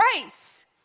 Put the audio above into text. grace